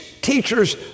teachers